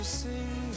sing